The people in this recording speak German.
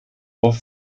auf